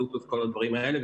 בלוטות' וכל הדברים האלה,